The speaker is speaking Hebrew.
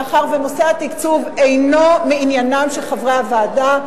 מאחר שנושא התקצוב אינו מעניינם של חברי הוועדה.